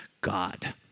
God